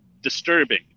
Disturbing